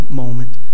moment